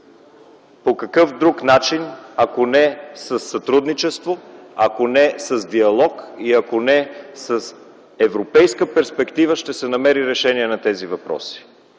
По какъв друг начин, ако не със сътрудничество, ако не с диалог и ако не с европейска перспектива, ще се намери решение на тези въпроси?